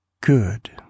good